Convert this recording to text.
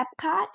epcot